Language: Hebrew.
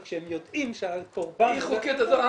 כשהם יודעים שהקורבן הולך --- עמוס,